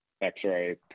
X-ray